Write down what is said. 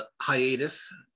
hiatus